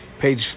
page